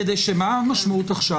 מה המשמעות עכשיו?